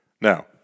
Now